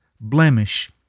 blemish